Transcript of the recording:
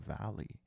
valley